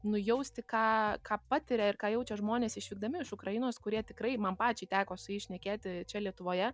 nujausti ką ką patiria ir ką jaučia žmonės išvykdami iš ukrainos kurie tikrai man pačiai teko su jais šnekėti čia lietuvoje